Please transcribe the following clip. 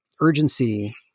urgency